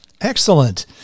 Excellent